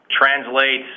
translates